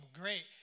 Great